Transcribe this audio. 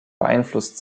beeinflusst